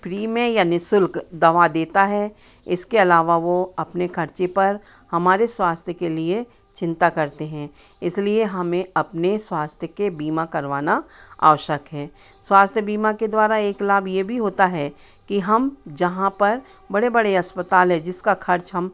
free में या निःशुल्क दवा देता हैं इसके अलावा वह अपने ख़र्चे पर हमारे स्वास्थ्य के लिए चिंता करते हैं इसलिए हमें अपने स्वास्थ्य का बीमा करवाना आवश्यक है स्वास्थ्य बीमा के द्वारा एक लाभ यह भी होता है कि हम जहाँ पर बड़े बड़े अस्पताल हैं जिसका ख़र्च हम